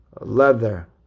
leather